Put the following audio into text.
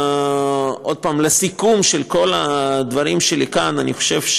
עוד פעם, לסיכום כל הדברים שלי כאן, אני חושב,